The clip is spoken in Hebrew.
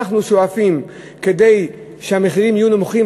אנחנו שואפים שהמחירים יהיו נמוכים,